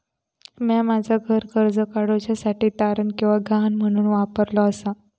म्या माझा घर कर्ज काडुच्या साठी तारण किंवा गहाण म्हणून वापरलो आसा